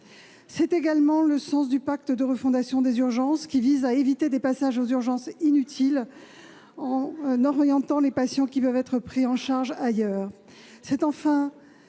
C'est également le sens du pacte de refondation des urgences, qui vise à éviter des passages inutiles dans les services d'urgences en réorientant les patients qui peuvent être pris en charge ailleurs. Enfin,